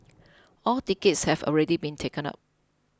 all tickets have already been taken up